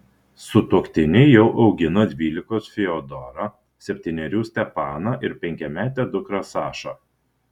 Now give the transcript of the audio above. sutuoktiniai jau augina dvylikos fiodorą septynerių stepaną ir penkiametę dukrą sašą